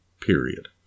period